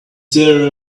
there